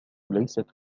ليست